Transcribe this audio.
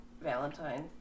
Valentine